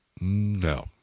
No